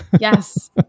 Yes